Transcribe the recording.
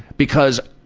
because